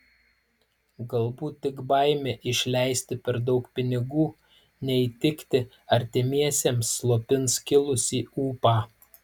galbūt tik baimė išleisti per daug pinigų neįtikti artimiesiems slopins kilusį ūpą